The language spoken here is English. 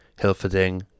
Hilferding